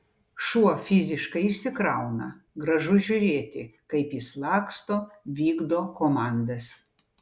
šuo fiziškai išsikrauna gražu žiūrėti kaip jis laksto vykdo komandas